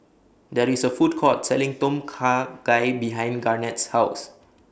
There IS A Food Court Selling Tom Kha Gai behind Garnett's House